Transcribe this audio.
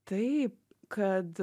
tai kad